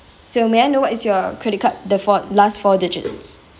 so may I know what is your credit card the four last four digits